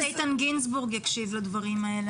חשוב שחבר הכנסת איתן גינזבורג יקשיב לדברים האלה.